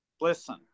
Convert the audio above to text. Listen